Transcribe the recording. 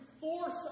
force